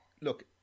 Look